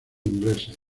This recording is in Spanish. ingleses